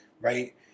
right